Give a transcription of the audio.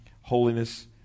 holiness